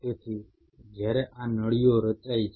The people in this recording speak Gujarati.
તેથી જ્યારે આ નળીઓ રચાય છે